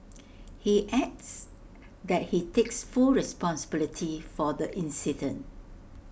he adds that he takes full responsibility for the incident